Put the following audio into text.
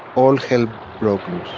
all hell broke loose